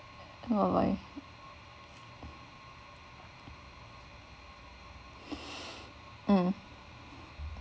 never mind mm